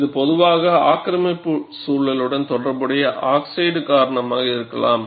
இது பொதுவாக ஆக்கிரமிப்பு சூழலுடன் தொடர்புடைய ஆக்சைடு காரணமாக இருக்கலாம்